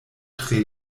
tre